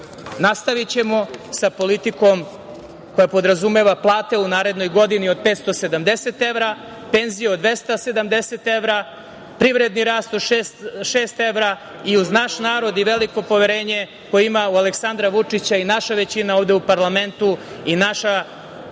sa politikom koja podrazumeva plate u narednoj godini od 570 evra, penzije od 270 evra, privredni rast od 6 evra i uz naš narod i veliko poverenje koje ima u Aleksandra Vučića i naša većina ovde u parlamentu i naša